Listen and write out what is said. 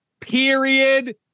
period